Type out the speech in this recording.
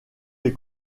les